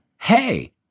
hey